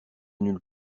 nulle